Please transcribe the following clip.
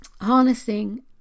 harnessing